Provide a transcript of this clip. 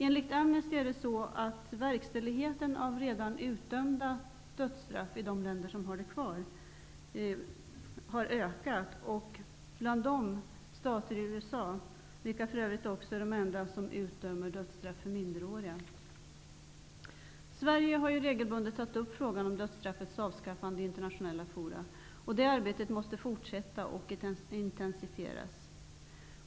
Enligt Amnesty ökar också verkställigheten av redan utdömda dödsstraff i de länder som har dödsstraffet kvar. Bland dem finns stater i USA, som för övrigt också är de enda som utdömer dödsstraff för minderåriga. Sverige har regelbundet tagit upp frågan om dödsstraffets avskaffande i internationella forum. Det arbetet måste fortsätta och intensifieras.